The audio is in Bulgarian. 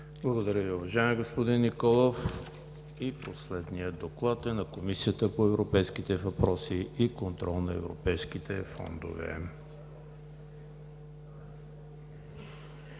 Благодаря Ви, уважаеми господин Николов. Последният доклад е на Комисията по европейските въпроси и контрол на европейските фондове.